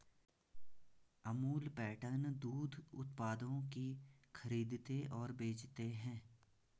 Amul pattern दूध उत्पादों की खरीदते और बेचते है